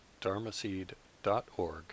dharmaseed.org